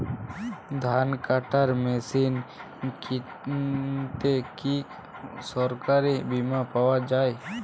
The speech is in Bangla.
ধান কাটার মেশিন কিনতে কি সরকারী বিমা পাওয়া যায়?